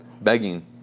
begging